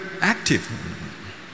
active